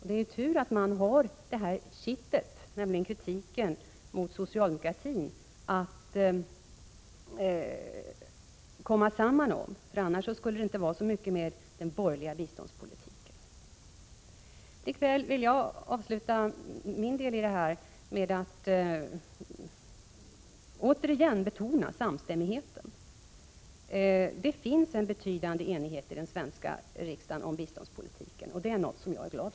Det är ju tur att man har detta kitt, kritiken mot socialdemokratin, att komma samman om, för annars skulle det inte vara så mycket med den borgerliga biståndspolitiken. Likväl vill jag avsluta min del av debatten med att återigen betona samstämmigheten. Det finns en betydande enighet i den svenska riksdagen om biståndspolitiken, och det är någonting som jag är glad för.